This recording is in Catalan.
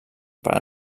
per